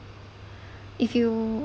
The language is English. if you